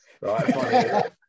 Right